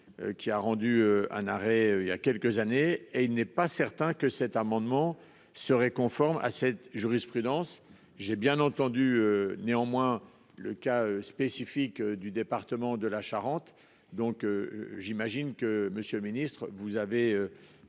Qui a rendu un arrêt il y a quelques années et il n'est pas certain que cet amendement serait conforme à cette jurisprudence. J'ai bien entendu néanmoins. Le cas spécifique du département de la Charente. Donc j'imagine que Monsieur le Ministre, vous avez